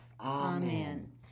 Amen